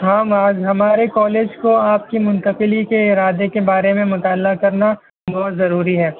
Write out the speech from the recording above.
ہاں معاذ ہمارے کالج کو آپ کی منتقلی کے ارادے کے بارے میں مطالعہ کرنا بہت ضروری ہے